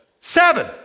Seven